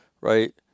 right